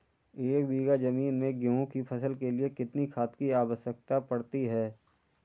एक बीघा ज़मीन में गेहूँ की फसल के लिए कितनी खाद की आवश्यकता पड़ती है?